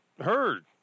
heard